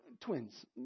twins